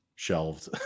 Shelved